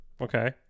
Okay